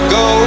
go